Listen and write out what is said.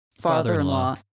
father-in-law